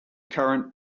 current